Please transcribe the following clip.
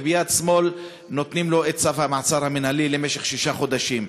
וביד שמאל נותנים לו את צו המעצר המינהלי למשך שישה חודשים.